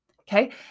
okay